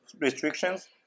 restrictions